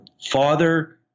father